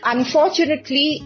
Unfortunately